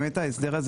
אם באמת יש זאב זאב,